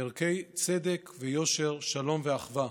ערכי צדק ויושר, שלום ואחווה".